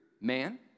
man